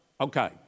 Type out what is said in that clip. Okay